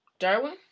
Darwin